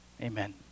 amen